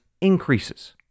increases